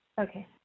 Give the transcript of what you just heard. Okay